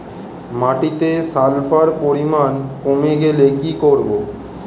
মাটিতে সালফার পরিমাণ কমে গেলে কি করব?